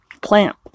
plant